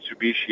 Mitsubishi